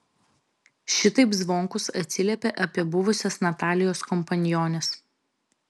šitaip zvonkus atsiliepė apie buvusias natalijos kompaniones